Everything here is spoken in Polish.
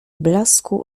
blasku